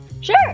Sure